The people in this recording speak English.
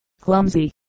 clumsy